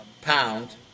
pound